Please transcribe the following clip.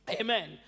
amen